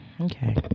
Okay